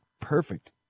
perfect